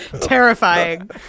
terrifying